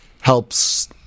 helps